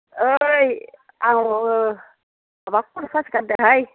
ओइ आङो माबा खर' सासो गारदोंहाय